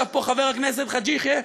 ישב פה חבר הכנסת חאג' יחיא,